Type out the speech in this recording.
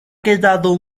quedado